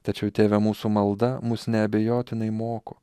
tačiau tėve mūsų malda mus neabejotinai moko